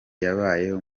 yabayeho